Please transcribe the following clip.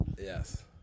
Yes